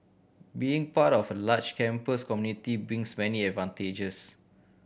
being part of a large campus community brings many advantages